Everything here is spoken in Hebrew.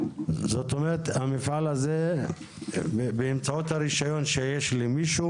זאת אומרת המפעל הזה באמצעות הרישיון שיש למישהו,